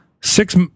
six